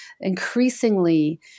Increasingly